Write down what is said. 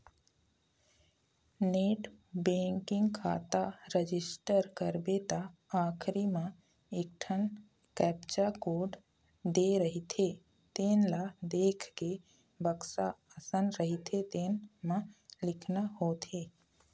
net banking खाता register करबे त आखरी म एकठन कैप्चा कोड दे रहिथे तेन ल देखके बक्सा असन रहिथे तेन म लिखना होथे